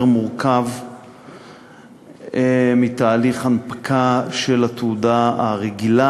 מורכב מתהליך ההנפקה של התעודה הרגילה.